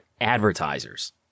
advertisers